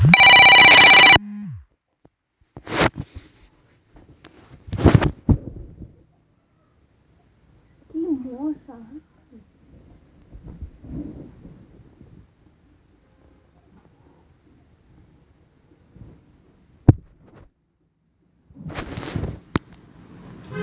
ধান পাকার সময় বৃষ্টি চাষীদের দুঃখ এবং স্বপ্নভঙ্গের কারণ হতে পারে